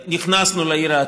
ונכנסנו לעיר העתיקה.